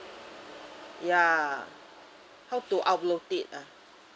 ya how to upload it ah